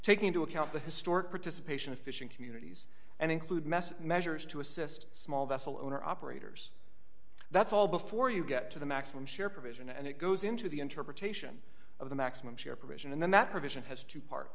taking into account the historic participation of fishing communities and include message measures to assist small vessel owner operators that's all before you get to the maximum share provision and it goes into the interpretation of the maximum share provision and then that provision has two par